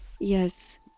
yes